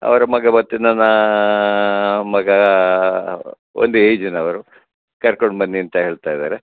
ಅವ್ರ ಮಗ ಮತ್ತು ನನ್ನ ಮಗ ಒಂದೇ ಏಜಿನವರು ಕರ್ಕೊಂಡು ಬನ್ನಿ ಅಂತ ಹೇಳ್ತಾ ಇದ್ದಾರೆ